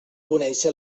conèixer